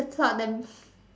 the plot the